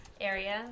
areas